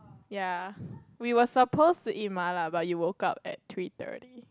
ya we were supposed to eat MaLa but you woke up at three thirty